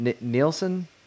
nielsen